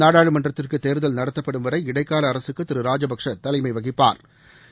நாடாளுமன்றத்திற்கு தோதல் நடத்தப்படும் வரை இடைக்கால அரசுக்கு திரு ராஜபக்சே தலைமை வகிப்பாா்